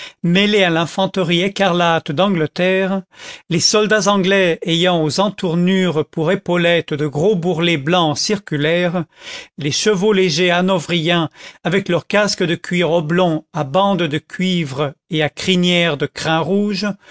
mêlée à l'infanterie écarlate d'angleterre les soldats anglais ayant aux entournures pour épaulettes de gros bourrelets blancs circulaires les chevau légers hanovriens avec leur casque de cuir oblong à bandes de cuivre et à crinières de crins rouges